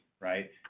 right